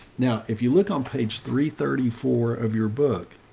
now, if you look on page three thirty, four of your book,